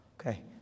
Okay